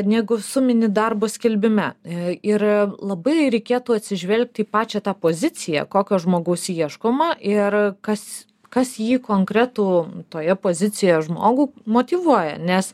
negu sumini darbo skelbime ir labai reikėtų atsižvelgti į pačią tą poziciją kokio žmogaus ieškoma ir kas kas jį konkretų toje pozicijoje žmogų motyvuoja nes